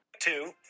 Two